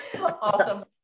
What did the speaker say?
Awesome